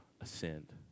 ascend